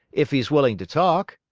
if he's willing to talk.